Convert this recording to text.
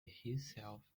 himself